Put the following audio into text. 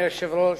אדוני היושב-ראש,